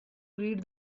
read